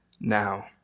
now